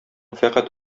фәкать